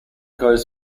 goes